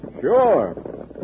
Sure